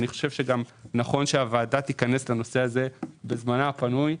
נכון שהוועדה תיכנס לנושא הזה בזמנה הפנוי,